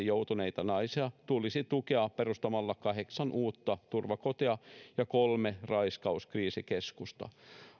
joutuneita naisia tulisi tukea perustamalla kahdeksan uutta turvakotia ja kolme raiskauskriisikeskusta